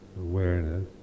awareness